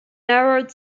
narrowed